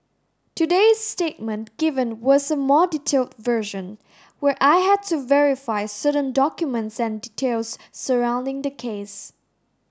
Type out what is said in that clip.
today's statement given was a more detailed version where I had to verify certain documents and details surrounding the case